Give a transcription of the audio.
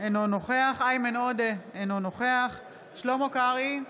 אינו נוכח איימן עודה, אינו נוכח שלמה קרעי,